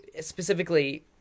specifically